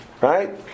Right